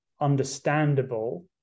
understandable